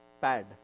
pad